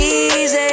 easy